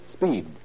speed